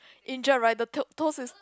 injured right the to~ toes is